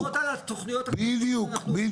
בדיוק.